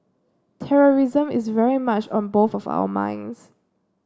terrorism is very much on both of our minds